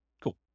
Cool